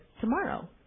tomorrow